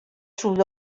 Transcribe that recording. sud